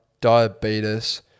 diabetes